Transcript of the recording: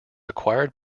acquired